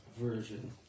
version